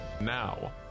Now